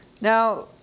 Now